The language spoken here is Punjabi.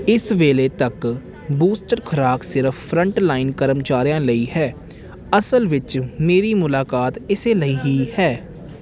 ਇਸ ਵੇਲੇ ਤੱਕ ਬੂਸਟਰ ਖ਼ੁਰਾਕ ਸਿਰਫ਼ ਫਰੰਟਲਾਈਨ ਕਰਮਚਾਰੀਆਂ ਲਈ ਹੈ ਅਸਲ ਵਿੱਚ ਮੇਰੀ ਮੁਲਾਕਾਤ ਇਸ ਲਈ ਹੀ ਹੈ